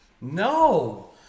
No